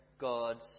God's